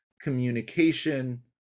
communication